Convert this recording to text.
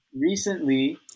recently